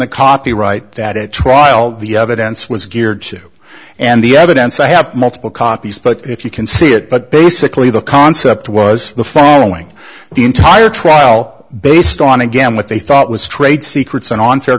the copyright that at trial the evidence was geared to and the evidence i have multiple copies but if you can see it but basically the concept was the following the entire trial based on again what they thought was trade secrets and unfair